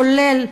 כולל